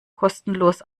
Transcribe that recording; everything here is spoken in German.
kostenlos